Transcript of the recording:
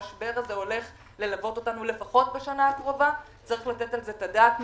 המשבר הזה הולך ללוות אותנו לפחות בשנה הקרובה וצריך לתת על זה את הדעת.